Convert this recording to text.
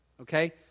okay